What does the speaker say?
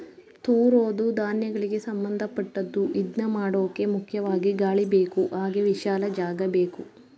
ತೂರೋದೂ ಧಾನ್ಯಗಳಿಗೆ ಸಂಭಂದಪಟ್ಟದ್ದು ಇದ್ನಮಾಡೋಕೆ ಮುಖ್ಯವಾಗಿ ಗಾಳಿಬೇಕು ಹಾಗೆ ವಿಶಾಲ ಜಾಗಬೇಕು